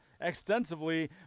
extensively